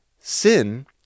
sin